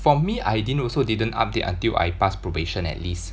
for me I didn't also didn't update until I pass probation at least